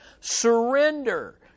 Surrender